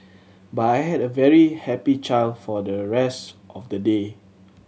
but I had a very happy child for the rest of the day